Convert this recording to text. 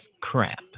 crap